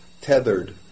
tethered